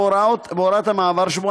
בהוראת המעבר שבו,